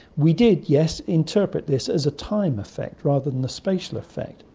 we did, yes, interpret this as a time affect rather than a spatial effect.